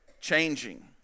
changing